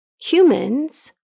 humans